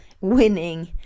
winning